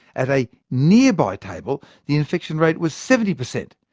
at a nearby table, the infection rate was seventy percent.